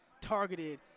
targeted